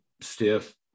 stiff